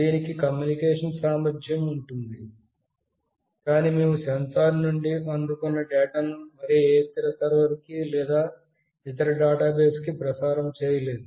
దీనికి కమ్యూనికేషన్ సామర్ధ్యం ఉంది కాని మేము సెన్సార్ నుండి అందుకున్న డేటాను మరే ఇతర సర్వర్ కి లేదా ఇతర డేటాబేస్ కి ప్రసారం చేయలేదు